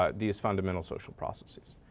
ah these fundamental social processes.